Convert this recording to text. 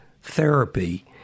therapy